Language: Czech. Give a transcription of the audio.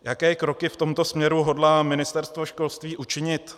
Jaké kroky v tomto směru hodlá Ministerstvo školství učinit?